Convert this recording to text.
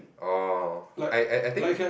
oh I I think